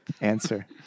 Answer